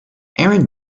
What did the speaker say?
aaron